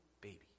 baby